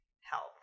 help